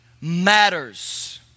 matters